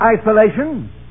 isolation